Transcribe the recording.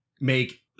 make